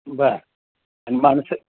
बरं आणि माणसं